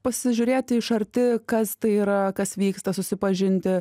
pasižiūrėti iš arti kas tai yra kas vyksta susipažinti